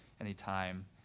anytime